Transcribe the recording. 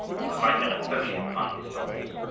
he was like a napoleon among his soldiers.